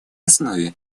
основе